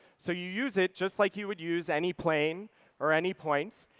so you use it just like you would use any plane or any points.